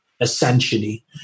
Essentially